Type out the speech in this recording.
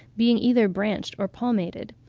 being either branched or palmated.